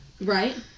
Right